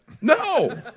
No